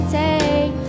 take